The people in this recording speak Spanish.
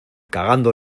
cagando